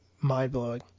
Mind-blowing